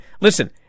Listen